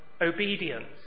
obedience